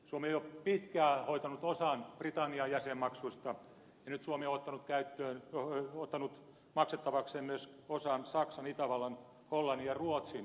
suomi on jo pitkään hoitanut osan britannian jäsenmaksuista ja nyt suomi on ottanut maksettavakseen myös osan saksan itävallan hollannin ja ruotsin jäsenmaksuista